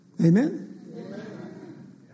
Amen